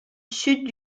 sud